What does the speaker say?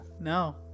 No